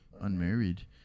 unmarried